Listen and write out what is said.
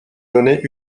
données